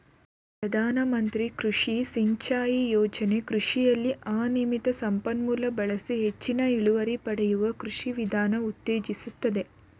ಪ್ರಧಾನಮಂತ್ರಿ ಕೃಷಿ ಸಿಂಚಾಯಿ ಯೋಜನೆ ಕೃಷಿಯಲ್ಲಿ ನಿಯಮಿತ ಸಂಪನ್ಮೂಲ ಬಳಸಿ ಹೆಚ್ಚಿನ ಇಳುವರಿ ಪಡೆಯುವ ಕೃಷಿ ವಿಧಾನ ಉತ್ತೇಜಿಸ್ತದೆ